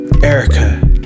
Erica